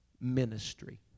ministry